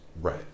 Right